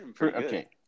okay